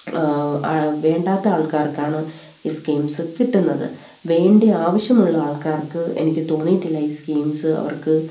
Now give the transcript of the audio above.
വേണ്ടാത്ത ആൾക്കാർക്കാണ് ഈ സ്കീംസ് കിട്ടുന്നത് വേണ്ട ആവശ്യമുള്ള ആൾക്കാർക്ക് എനിക്ക് തോന്നിയിട്ടില്ല ഈ സ്കീംസ് അവർക്ക്